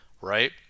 Right